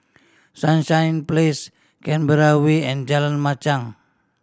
Sunshine Place Canberra Way and Jalan Machang